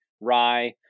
rye